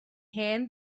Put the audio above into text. hen